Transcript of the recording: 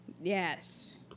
Yes